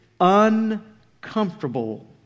uncomfortable